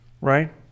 right